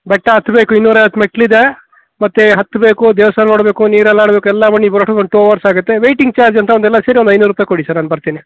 ಬೆಟ್ಟ ಹತ್ತಬೇಕು ಇನ್ನೂರೈವತ್ತು ಮೆಟ್ಟಿಲಿದೆ ಮತ್ತು ಹತ್ತಬೇಕು ದೇವಾಸ್ಥಾನ ನೋಡಬೇಕು ನೀರಲ್ಲಾಡಬೇಕು ಎಲ್ಲ ಮಾಡಿ ನೀವು ಬರೋಷ್ಟರಲ್ಲಿ ಒಂದು ಟು ಹವರ್ಸ್ ಆಗುತ್ತೆ ವೇಟಿಂಗ್ ಚಾರ್ಜ್ ಅಂತ ಒಂದೆಲ್ಲ ಸೇರಿ ಒಂದು ಐನೂರು ರೂಪಾಯಿ ಕೊಡಿ ಸರ್ ನಾನು ಬರ್ತೀನಿ